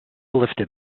lifted